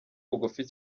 bugufi